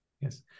Yes